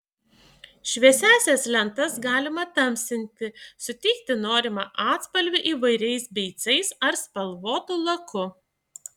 šviesiąsias lentas galima tamsinti suteikti norimą atspalvį įvairiais beicais ar spalvotu laku